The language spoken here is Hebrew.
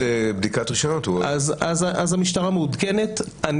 המשטרה מעודכנת.